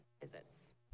visits